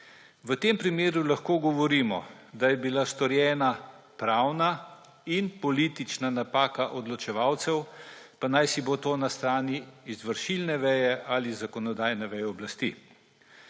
V tem primeru lahko govorimo, da je bila storjena pravna in politična napaka odločevalcev, pa najsibo to na strani izvršilne veje ali zakonodajne veje oblasti.